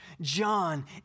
John